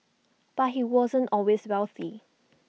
but he wasn't always wealthy